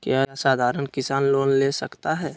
क्या साधरण किसान लोन ले सकता है?